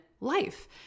life